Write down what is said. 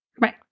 right